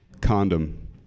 condom